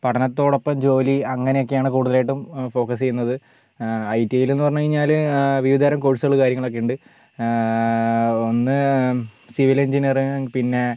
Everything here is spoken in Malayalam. പഠനത്തോടൊപ്പം ജോലി അങ്ങനെയൊക്കെയാണ് കൂടുതലായിട്ടും ഫോക്കസ് ചെയ്യുന്നത് ഐ റ്റി ഐ ൽന്നു പറഞ്ഞു കഴിഞ്ഞാൽ വിവിധതരം കോഴ്സ് കാര്യങ്ങളൊക്കെയുണ്ട് ഒന്ന് സിവിൽ എഞ്ചിനീയറിംഗ് പിന്നെ